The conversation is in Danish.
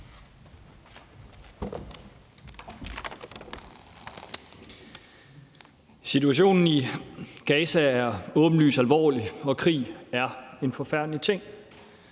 Situationen i Gaza er åbenlyst alvorlig, og krig er en forfærdelig ting,